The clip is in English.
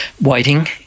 waiting